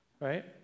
right